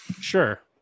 Sure